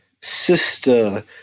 sister